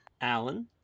Alan